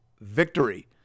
Victory